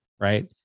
right